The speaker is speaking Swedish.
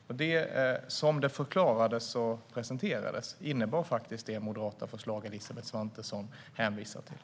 Som det moderata förslag Elisabeth Svantesson hänvisade till förklarades och presenterades innebar det faktiskt just detta.